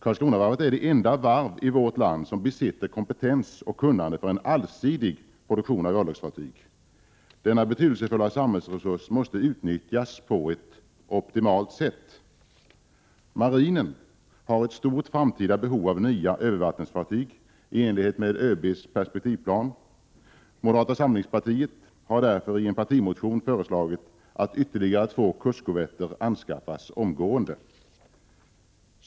Karlskronavarvet är det enda varv i vårt land som besitter kompetens och kunnande för en allsidig produktion av örlogsfartyg. Denna betydelsefulla samhällsresurs måste utnyttjas på optimalt sätt. Marinen har ett stort framtida behov av nya övervattensfartyg i enlighet med ÖB:s perspektivplan. Moderata samlingspartiet har därför i en partimotion föreslagit att ytterligare två kustkorvetter anskaffas omgående.